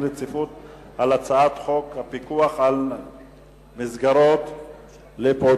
רציפות על הצעת חוק הפיקוח על מסגרות לפעוטות,